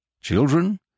Children